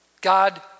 God